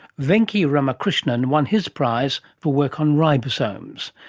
venki ramakrishnan won his prize for work on ribosomes.